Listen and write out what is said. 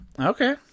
Okay